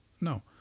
No